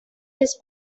his